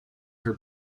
her